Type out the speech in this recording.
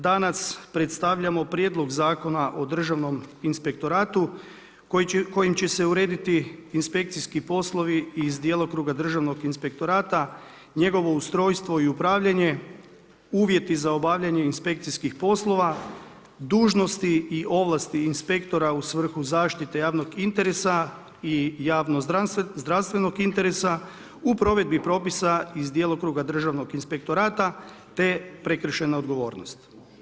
Danas predstavljamo prijedlog Zakona o državnom inspektoratu kojim će se urediti inspekcijski poslovi iz djelokruga državnog inspektorata, njegovo ustrojstvo i upravljanje, uvjeti za obavljanje inspekcijskih poslova, dužnosti i ovlasti inspektora u svrhu zaštite javnog interesa i javno zdravstvenog interesa u provedbi propisa iz djelokruga državnog inspektorata te prekršajna odgovornost.